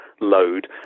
load